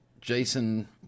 Jason